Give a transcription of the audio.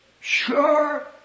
Sure